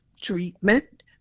treatment